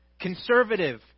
Conservative